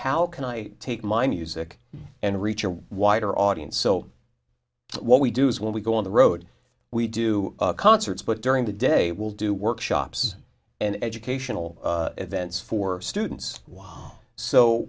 how can i take my music and reach a wider audience so what we do is when we go on the road we do concerts but during the day will do workshops and educational events for students